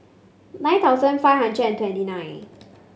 nine thousand five hundred and twenty nine